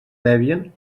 debian